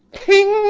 ping!